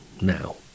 now